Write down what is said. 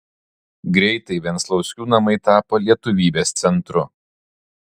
greitai venclauskių namai tapo lietuvybės centru